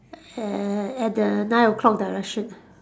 err at the nine O-clock direction